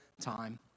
time